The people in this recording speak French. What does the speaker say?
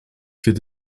fait